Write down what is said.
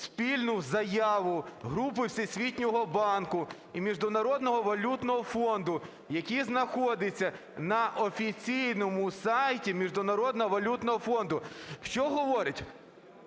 спільну заяву групи Всесвітнього банку і Міжнародного валютного фонду, яка знаходиться на офіційному сайті Міжнародного валютного фонду. Що говорить...